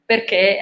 Perché